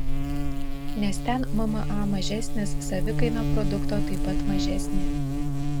nes ten mma mažesnis savikaina produkto taip pat mažesnė